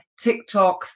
TikToks